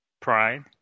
Pride